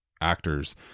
actors